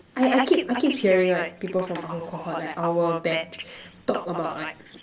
I I keep I keep hearing like people from our cohort like our batch talk about like